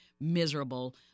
miserable